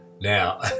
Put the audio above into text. Now